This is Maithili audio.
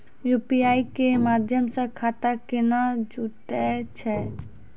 यु.पी.आई के माध्यम से खाता केना जुटैय छै?